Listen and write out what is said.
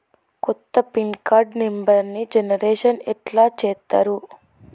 కొత్త pin card నెంబర్ని generation ఎట్లా చేత్తరు?